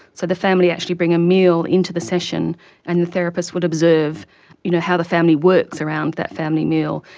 so the family actually bring a meal into the session and the therapist will observe you know how the family works around that family meal,